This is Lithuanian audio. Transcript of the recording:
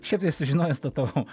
šiaip tai sužinojęs tą tavo